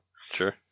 Sure